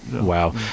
wow